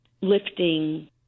lifting